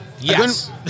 Yes